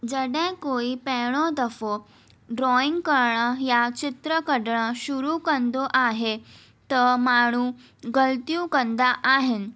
जॾहिं कोई पहिरियों दफ़ो ड्रॉइंग करण या चित्र कढण शुरू कंदो आहे त माण्हू ग़लतियूं कंदा आहिनि